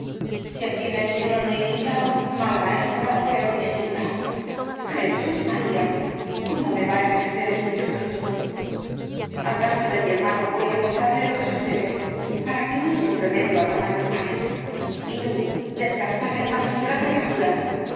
si á quien la enseñó no imita mala maestra peor discípula jesús maría cómo me va á envejecer este disgusto a casa de mi hermano voy á contarle lo que sucede para que busque un remedio á tamaños males y tú descastada y más ingrata que